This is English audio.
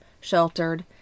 sheltered